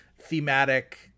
thematic